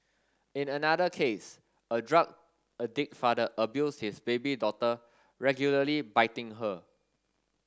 in another case a drug addict father abused his baby daughter regularly biting her